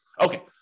Okay